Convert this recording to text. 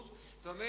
עד 2011. זאת אומרת,